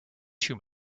too